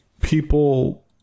people